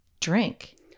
drink